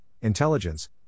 intelligence